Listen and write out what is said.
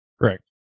Correct